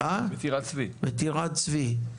בטירת צבי.